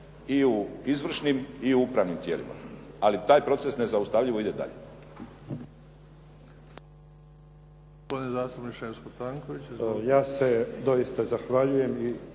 I u izvršnim i u upravnim tijelima. Ali taj proces nezaustavljivo ide dalje.